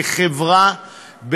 כחברה,